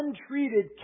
untreated